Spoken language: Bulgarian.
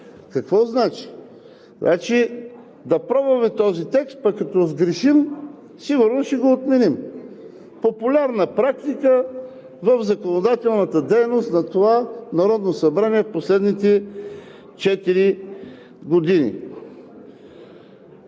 Какво значи? Значи да пробваме този текст, пък като сгрешим, сигурно ще го отменим – популярна практика в законодателната дейност на това Народно събрание в последните четири години.